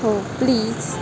हो प्लीज